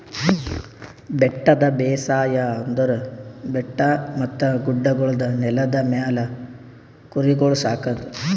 ಬೆಟ್ಟದ ಬೇಸಾಯ ಅಂದುರ್ ಬೆಟ್ಟ ಮತ್ತ ಗುಡ್ಡಗೊಳ್ದ ನೆಲದ ಮ್ಯಾಲ್ ಕುರಿಗೊಳ್ ಸಾಕದ್